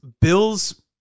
Bill's